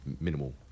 minimal